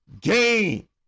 game